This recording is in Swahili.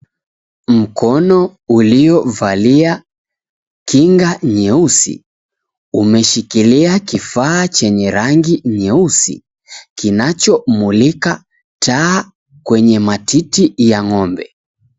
Mkono uliovalia kinga nyeusi umeshikilia kifaa chenye rangi nyeusi kinachomulika taa kwenye matiti ya ng'ombe.